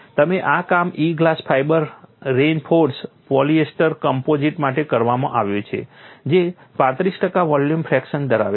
અને આ કામ E glass fibre reinforced polyester composite માટે કરવામાં આવ્યું છે જે 35 ટકા વોલ્યુમ ફ્રેક્શન ધરાવે છે